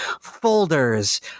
folders